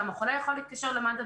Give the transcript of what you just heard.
גם החולה יכול להתקשר למד"א,